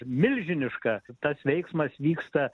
milžiniška tas veiksmas vyksta